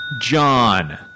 John